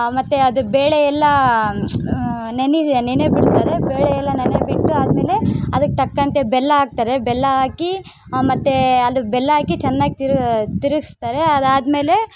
ಮತ್ತು ಅದು ಬೇಳೆಯೆಲ್ಲ ನೆನೆದು ನೆನೆಬಿಡ್ತಾರೆ ಬೇಳೆಯಲ್ಲ ನೆನೆಬಿಟ್ಟು ಆದ್ಮೇಲೆ ಅದಕ್ಕೆ ತಕ್ಕಂತೆ ಬೆಲ್ಲ ಹಾಕ್ತಾರೆ ಬೆಲ್ಲ ಹಾಕಿ ಮತ್ತು ಅದು ಬೆಲ್ಲ ಹಾಕಿ ಚೆನ್ನಾಗ್ ತಿರು ತಿರ್ಗಿಸ್ತಾರೆ ಅದಾದ್ಮೇಲೆ